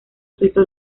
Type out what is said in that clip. suizo